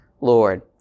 Lord